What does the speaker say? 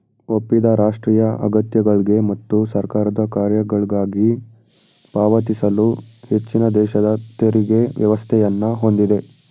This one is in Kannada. ಒಪ್ಪಿದ ರಾಷ್ಟ್ರೀಯ ಅಗತ್ಯಗಳ್ಗೆ ಮತ್ತು ಸರ್ಕಾರದ ಕಾರ್ಯಗಳ್ಗಾಗಿ ಪಾವತಿಸಲು ಹೆಚ್ಚಿನದೇಶದ ತೆರಿಗೆ ವ್ಯವಸ್ಥೆಯನ್ನ ಹೊಂದಿದೆ